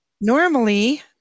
normally